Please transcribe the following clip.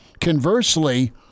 conversely